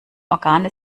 organe